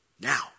Now